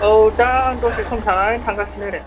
औ दा आं दसे सम थानानै थांगासिनो दे